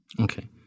Okay